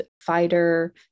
fighter